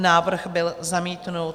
Návrh byl zamítnut.